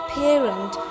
parent